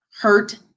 hurt